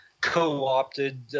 co-opted